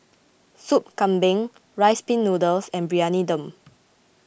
Soup Kambing Rice Pin Noodles and Briyani Dum